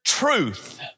Truth